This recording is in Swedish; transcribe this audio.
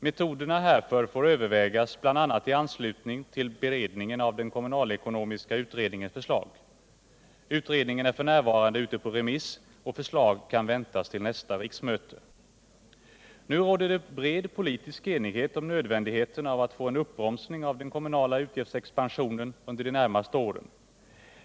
Metoderna härför får övervägas bl.a. i anslutning till beredningen av den kommunalekonomiska utredningens förslag.” Utredningen är f.n. ute på remiss och förslag kan väntas till nästa Nu råder det bred politisk enighet om nödvändigheten av att få en uppbromsning av den kommunala utgiftsexpansionen under de närmaste åren.